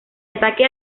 ataque